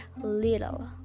little